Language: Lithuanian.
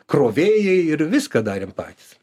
krovėjai ir viską darėm patys